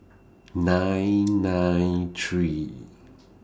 nine nine three